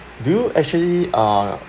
do you actually uh